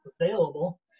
available